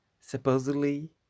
supposedly